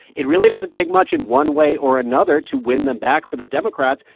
it really doesn't take much in one way or another to win them back for the democrats.